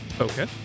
Okay